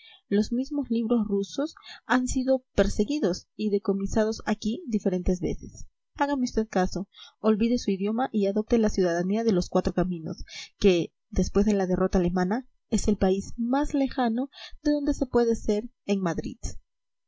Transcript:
los mismos libros rusos han sido perseguidos y decomisados aquí diferentes veces hágame usted caso olvide su idioma y adopte la ciudadanía de los cuatro caminos que después de la derrota alemana es el país más lejano de donde se puede ser en madrid